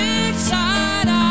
inside